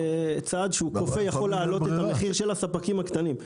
שצעד שהוא כופה יכול להעלות את המחיר של הספקים הקטנים.